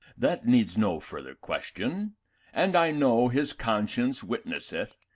that needs no further question and i know, his conscience witnesseth,